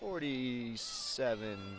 forty seven